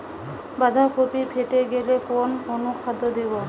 বাঁধাকপি ফেটে গেলে কোন অনুখাদ্য দেবো?